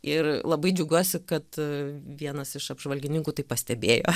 ir labai džiaugiuosi kad vienas iš apžvalgininkų tai pastebėjo